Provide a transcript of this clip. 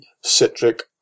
citric